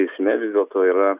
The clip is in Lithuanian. eisme vis dėlto yra